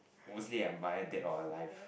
mostly admire dead or alive